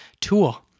tool